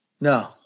No